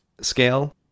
scale